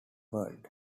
world